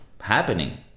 happening